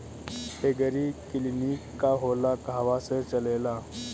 एगरी clinic का होला कहवा से चलेँला?